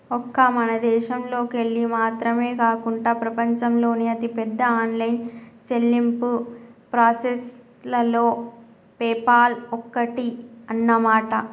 ఒక్క మన దేశంలోకెళ్ళి మాత్రమే కాకుండా ప్రపంచంలోని అతిపెద్ద ఆన్లైన్ చెల్లింపు ప్రాసెసర్లలో పేపాల్ ఒక్కటి అన్నమాట